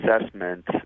Assessment